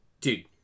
dude